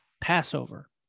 Passover